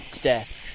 death